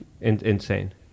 Insane